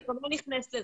אני גם לא נכנסת לזה.